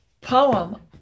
poem